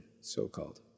so-called